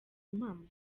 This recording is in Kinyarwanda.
impamo